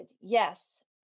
yes